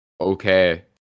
okay